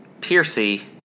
Piercy